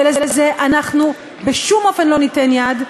ולזה אנחנו בשום אופן לא ניתן יד,